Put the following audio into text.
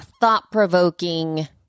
thought-provoking